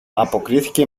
αποκρίθηκε